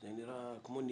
זה נראה כמו ניגוד.